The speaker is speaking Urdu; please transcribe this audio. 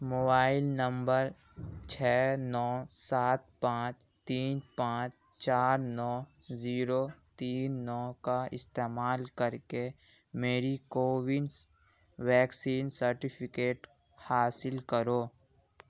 موبائل نمبر چھ نو سات پانچ تین پانچ چار نو زیرو تین نو کا استعمال کر کے میری کوون ویکسین سرٹیفکیٹ حاصل کرو